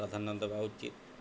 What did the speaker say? ପ୍ରଧାନ୍ୟ ଦେବା ଉଚିତ୍